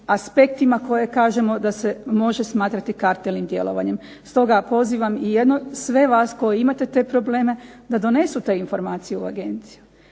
aspektima koje kažemo da se može smatrati kartelnim djelovanjem. Stoga pozivam i sve vas koji imate te probleme da donesu te informacije u agenciju.